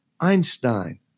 Einstein